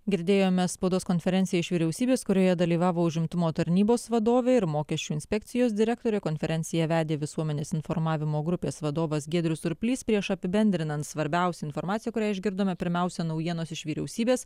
girdėjome spaudos konferenciją iš vyriausybės kurioje dalyvavo užimtumo tarnybos vadovė ir mokesčių inspekcijos direktorė konferenciją vedė visuomenės informavimo grupės vadovas giedrius surplys prieš apibendrinant svarbiausią informaciją kurią išgirdome pirmiausia naujienos iš vyriausybės